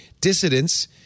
dissidents